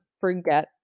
forget